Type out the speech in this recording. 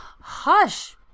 hush